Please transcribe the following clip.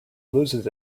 loses